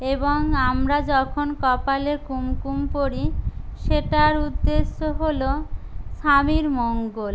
এবং আমরা যখন কপালে কুমকুম পরি সেটার উদ্দেশ্য হল স্বামীর মঙ্গল